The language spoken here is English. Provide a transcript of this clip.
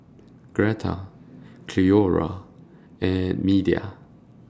Greta Cleora and Meda